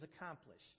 accomplished